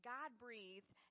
God-breathed